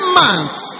months